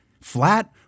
flat